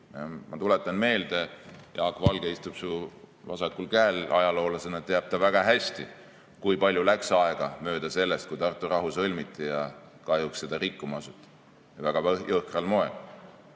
rikkuda. Jaak Valge istub su vasakul käel, ajaloolasena teab ta väga hästi, kui palju läks aega mööda sellest, kui Tartu rahu sõlmiti ja kahjuks seda ka rikkuma asuti. Ja väga jõhkral moel.